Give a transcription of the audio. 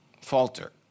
falter